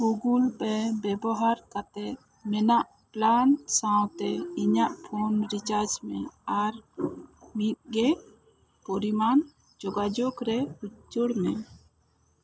Google Pay ᱵᱮᱵᱚᱦᱟᱨ ᱠᱟᱛᱮᱜ ᱢᱮᱱᱟᱜ ᱯᱞᱟᱱ ᱥᱟᱶᱛᱮ ᱤᱧᱟᱹᱜ ᱯᱷᱚᱱ ᱨᱤᱪᱟᱨᱡᱽ ᱢᱮ ᱟᱨ ᱢᱤᱫᱜᱮ ᱯᱚᱨᱤᱢᱟᱱ ᱡᱚᱜᱟᱡᱳᱜᱽ ᱨᱮ ᱩᱪᱟᱹᱲ ᱢᱮ